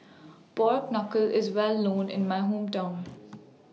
Pork Knuckle IS Well known in My Hometown